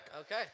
okay